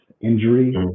injury